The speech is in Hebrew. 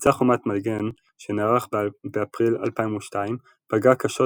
מבצע חומת מגן, שנערך באפריל 2002 פגע קשות